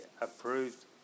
approved